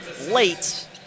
late